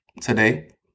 today